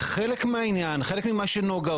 חלק מהעניין חלק ממה שעושים נגה,